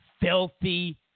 filthy